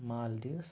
Maldives